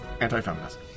anti-feminist